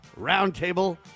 Roundtable